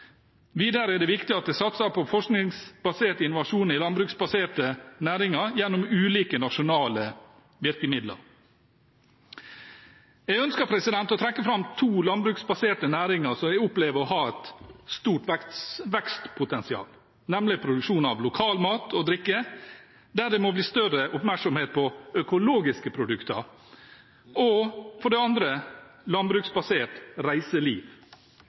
Videre er det viktig at det satses på forskningsbasert innovasjon i landbruksbaserte næringer gjennom ulike nasjonale virkemidler. Jeg ønsker å trekke fram to landbruksbaserte næringer som jeg opplever å ha et stort vekstpotensial, nemlig produksjon av lokal mat og drikke, der det må bli større oppmerksomhet på økologiske produkter, og